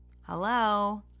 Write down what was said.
Hello